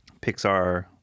Pixar